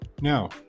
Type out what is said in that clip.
now